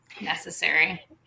necessary